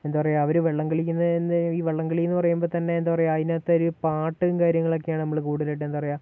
എന്താ പറയുക അവർ വെള്ളം കളിക്കുന്നത് തന്നെ ഈ വള്ളം കളിയെന്നു പറയുമ്പോൾ തന്നെ എന്താ പറയുക അതിനകത്തൊരു പാട്ടും കാര്യങ്ങളൊക്കെയാണ് നമ്മൾ കൂടുതലായിട്ട് എന്താ പറയുക